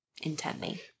intently